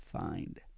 find